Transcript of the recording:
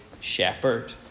shepherd